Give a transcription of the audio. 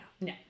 No